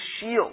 shield